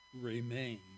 remain